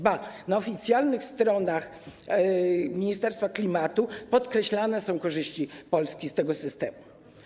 Ba! Na oficjalnych stronach ministerstwa klimatu podkreślane są korzyści Polski z tego systemu.